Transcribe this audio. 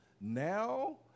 Now